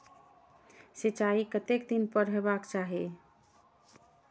सिंचाई कतेक दिन पर हेबाक चाही?